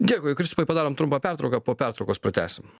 dėkui kristupai padarom trumpą pertrauką po pertraukos pratęsim